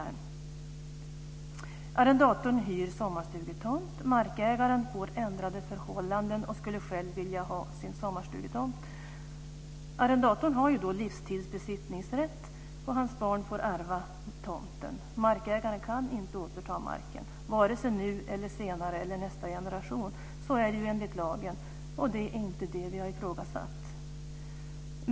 Arrendatorn hyr en sommarstugetomt. Markägaren får ändrade förhållanden och skulle själv vilja ha sin sommarstugetomt. Arrendatorn har livstids besittningsrätt och hans barn får ärva tomten. Markägaren kan inte återta marken, vare sig nu eller i nästa generation. Så är det enligt lagen. Och det är inte det vi har ifrågasatt.